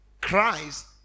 Christ